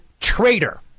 traitor